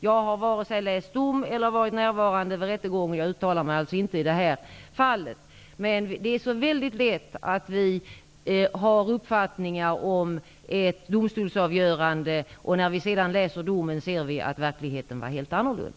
Jag har varken läst dom eller varit närvarande vid rättegång, och jag uttalar mig alltså inte i det här fallet. Det är så väldigt lätt att vi har uppfattningar om ett domstolsavgörande. När vi sedan läser domen ser vi att verkligheten var helt annorlunda.